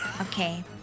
Okay